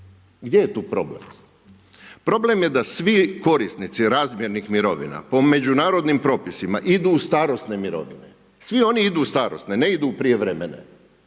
Gdje je tu problem? Problem je da svi korisnici razmjernih mirovina po međunarodnim propisima idu u starosne mirovine, svi oni idu u starosne, ne idu u prijevremene.